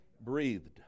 breathed